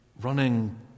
running